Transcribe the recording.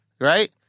right